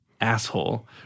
asshole